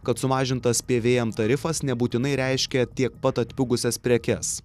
kad sumažintas pvm tarifas nebūtinai reiškia tiek pat atpigusias prekes